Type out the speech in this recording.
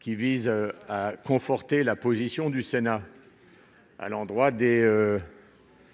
qui vise à conforter la position du Sénat à l'endroit des.